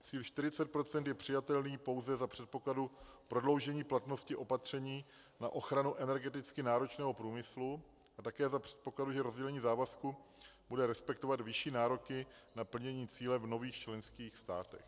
Cíl 40 % je přijatelný pouze za předpokladu prodloužení platnosti opatření na ochranu energeticky náročného průmyslu a také za předpokladu, že rozdělení závazku bude respektovat vyšší nároky na plnění cíle v nových členských státech.